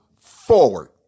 forward